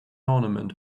ornament